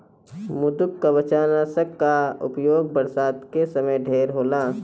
मृदुकवचनाशक कअ उपयोग बरसात के समय ढेर होला